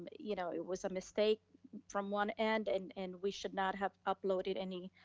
but you know it was a mistake from one end and and we should not have uploaded any